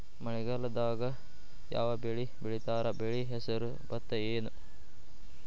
ಮಳೆಗಾಲದಾಗ್ ಯಾವ್ ಬೆಳಿ ಬೆಳಿತಾರ, ಬೆಳಿ ಹೆಸರು ಭತ್ತ ಏನ್?